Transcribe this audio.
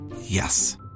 Yes